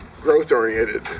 growth-oriented